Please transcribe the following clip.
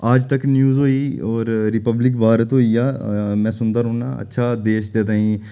आज Tak news होई और Republic Bharat होई गेआ में सुनदा रौह्न्नां अच्छा देश दे ताईं